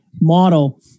model